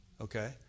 Okay